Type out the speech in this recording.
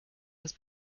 was